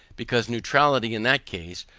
because, neutrality in that case,